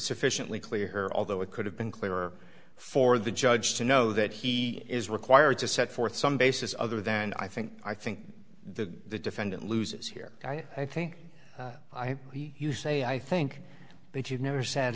sufficiently clear although it could have been clearer for the judge to know that he is required to set forth some basis other than i think i think the defendant loses here i think you say i think that you never sat